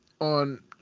on